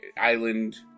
Island